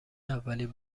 اولین